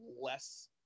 less